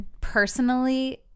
personally